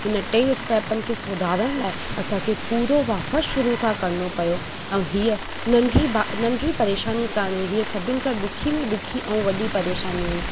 उन टे स्टेपनि खे सुधारण लाइ असांखे पुरो वापसि शरू खां करिणो पियो ऐं हीअ नंढिरी नंढिरी परेशानी कोन्हे हीअ सभिनि खां ॾुखी में ॾुखी ऐं वॾी परेशानी हुई